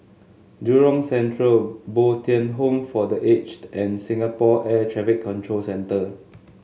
Jurong Central Bo Tien Home for The Aged and Singapore Air Traffic Control Centre